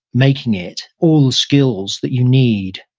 making it, all the skills that you need,